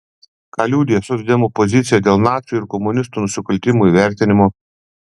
ką liudija socdemų pozicija dėl nacių ir komunistų nusikaltimų įvertinimo